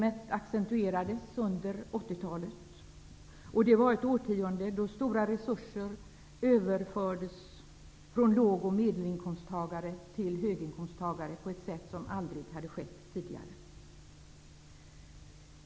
Det accentuerades under 80-talet -- ett årtionde då stora resurser överfördes från låg och medelinkomsttagare till höginkomsttagare på ett sätt som aldrig hade skett tidigare.